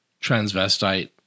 transvestite